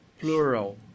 plural